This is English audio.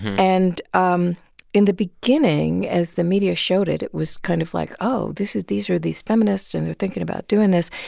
and um in the beginning, as the media showed it, it was kind of like, oh, this is these are these feminists, and they're thinking about doing this.